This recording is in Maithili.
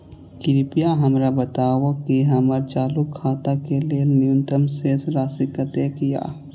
कृपया हमरा बताबू कि हमर चालू खाता के लेल न्यूनतम शेष राशि कतेक या